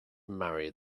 marry